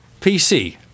PC